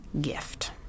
gift